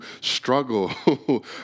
struggle